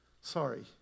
sorry